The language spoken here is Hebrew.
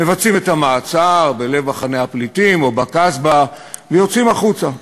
מבצעים את המעצר בלב מחנה הפליטים או בקסבה ויוצאים החוצה.